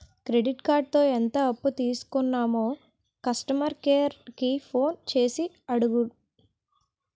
credit కార్డుతో ఎంత అప్పు తీసుకున్నామో కస్టమర్ కేర్ కి ఫోన్ చేసి అడుగు